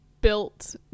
built